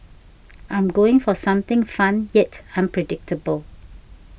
I'm going for something fun yet unpredictable